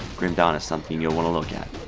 grim dawn is something you'll want to look at.